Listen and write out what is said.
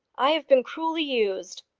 i have been cruelly used.